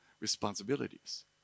responsibilities